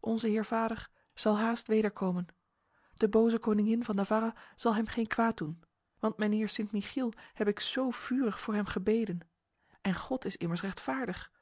onze heer vader zal haast wederkomen de boze koningin van navarra zal hem geen kwaad doen want mijnheer sint michiel heb ik zo vurig voor hem gebeden en god is immers rechtvaardig